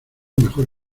mejor